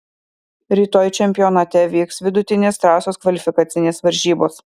rytoj čempionate vyks vidutinės trasos kvalifikacinės varžybos